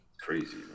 Crazy